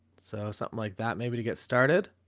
so something like that. maybe to get started,